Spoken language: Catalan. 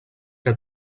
que